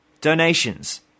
Donations